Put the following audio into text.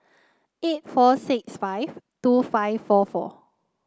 eight four six five two five four four